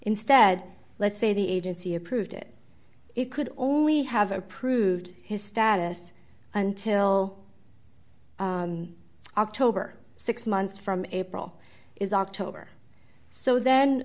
instead let's say the agency approved it it could only have approved his status until october six months from april is october so then